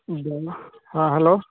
देना हाँ हलो